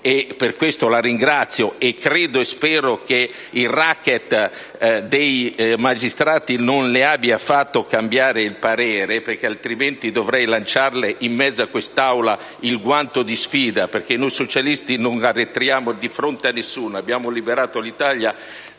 per questo la ringrazio, e credo - e spero - che il *racket* dei magistrati non le abbia fatto cambiare il parere, altrimenti dovrei lanciarle, in mezzo a quest'Aula il guanto di sfida, perché noi socialisti non arretriamo di fronte a nessuno: abbiamo liberato l'Italia